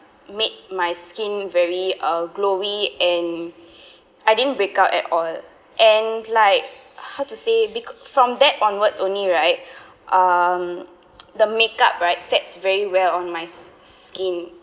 make my skin very uh glowy and I didn't breakout at all and like how to say because from that onwards only right um the makeup right sets very well on my s~ skin